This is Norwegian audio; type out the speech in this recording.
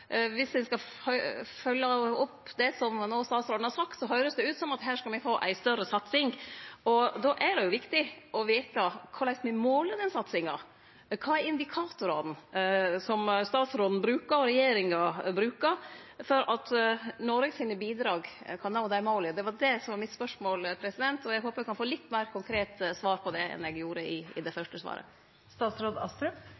viss ein skal følgje opp det som statsråden no har sagt, høyrest det ut som om vi her skal få ei større satsing, og då er det viktig å vete korleis me måler den satsinga: Kva indikatorar brukar statsråden og regjeringa for at Noreg med sine bidrag kan nå desse måla? Det var det som var spørsmålet, og eg håpar eg kan få eit litt meir konkret svar på det enn det eg fekk i det fyrste svaret. Indikatorene står jo i